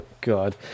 god